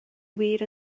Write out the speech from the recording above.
wir